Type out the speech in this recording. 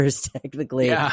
technically